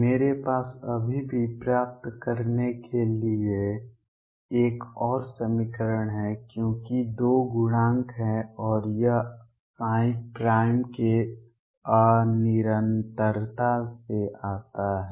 मेरे पास अभी भी प्राप्त करने के लिए एक और समीकरण है क्योंकि दो गुणांक हैं और यह के अनिरंतरता से आता है